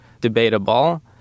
debatable